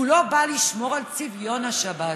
הוא לא בא לשמור על צביון השבת.